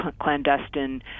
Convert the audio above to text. clandestine